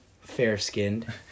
fair-skinned